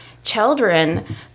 Children